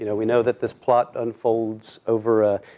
you know we know that this plot unfolds over a,